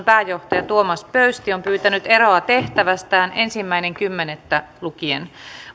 pääjohtaja tuomas pöysti on pyytänyt eroa tehtävästään ensimmäinen kymmenettä kaksituhattaviisitoista lukien